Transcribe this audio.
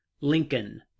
lincoln